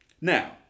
Now